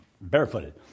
barefooted